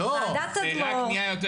וועדת תדמור,